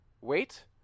Wait